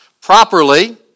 Properly